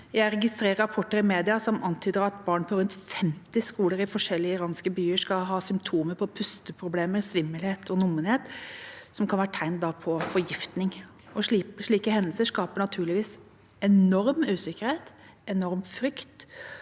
Jeg registrerer rapporter i media som antyder at barn på rundt 50 skoler i forskjellige iranske byer skal ha symptomer som pusteproblemer, svimmelhet og nummenhet, som kan være tegn på forgiftning. Slike hendelser skaper naturligvis enorm usikkerhet, enorm frykt.